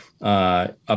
up